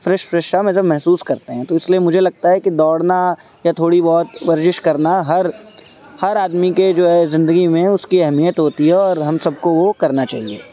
fresh fresh سا مطلب محسوس کرتے ہیں تو اس لیے مجھے لگتا ہے کہ دوڑنا یا تھوڑی بہت ورزش کرنا ہر ہر آدمی کے جو ہے زندگی میں اس کی اہمیت ہوتی ہے اور ہم سب کو وہ کرنا چاہیے